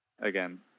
again